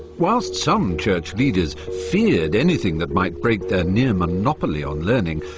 whilst some church leaders feared anything that might break their near-monopoly on learning,